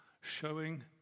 showing